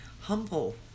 humble